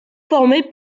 formé